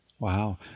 Wow